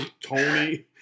Tony